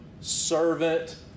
servant